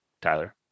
Tyler